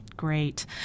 Great